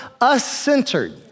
us-centered